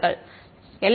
மாணவர் தூண்டப்படுகிறது